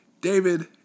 David